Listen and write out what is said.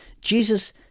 Jesus